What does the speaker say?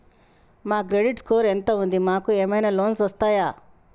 మా credit score ఎంత ఉంది? మాకు ఏమైనా లోన్స్ వస్తయా?